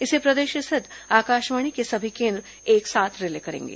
इसे प्रदेश स्थित आकाशवाणी के सभी केंद्र एक साथ रिले करेंगे